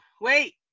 Wait